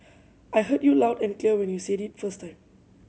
I heard you loud and clear when you said it first time